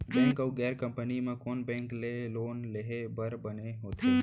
Bank अऊ गैर banking म कोन बैंक ले लोन लेहे बर बने होथे?